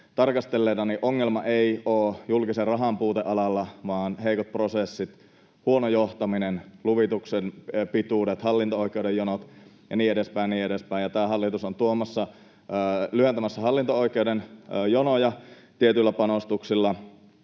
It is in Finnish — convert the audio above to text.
tarkastelleena ongelma ei ole julkisen rahan puute alalla vaan heikot prosessit, huono johtaminen, luvituksen pituudet, hallinto-oikeuden jonot ja niin edespäin. Tämä hallitus on lyhentämässä hallinto-oikeuden jonoja tietyillä panostuksilla.